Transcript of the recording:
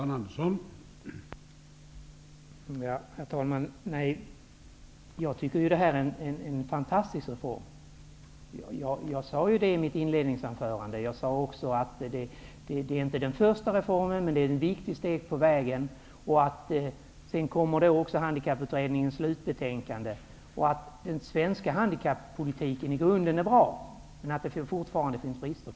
Herr talman! Jag tycker att det här är en fantastisk reform. Jag sade det i mitt inledningsanförande. Jag sade också att det inte är den första reformen men att den är ett viktigt steg på vägen. Sedan kommer vi att få Handikapputredningens slutbetänkande. Den svenska handikappolitiken är i grunden bra, men det finns fortfarande brister.